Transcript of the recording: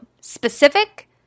specific